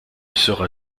sera